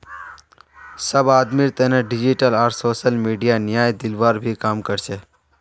सब आदमीर तने डिजिटल आर सोसल मीडिया न्याय दिलवार भी काम कर छे